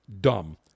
dumb